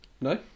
No